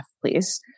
please